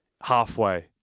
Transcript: halfway